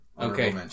Okay